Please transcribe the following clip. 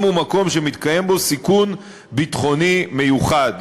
אם הוא מקום שמתקיים בו סיכון ביטחוני מיוחד,